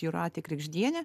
jūratė kregždienė